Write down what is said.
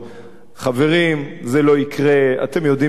חברים, זה לא יקרה, אתם יודעים שזה לא יקרה.